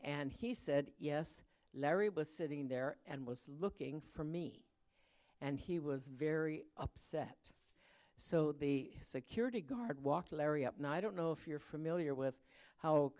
nd he said yes larry was sitting there and was looking for me and he was very upset so the security guard walked larry up and i don't know if you're familiar with how